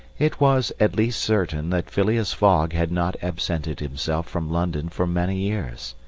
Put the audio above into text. it was at least certain that phileas fogg had not absented himself from london for many years.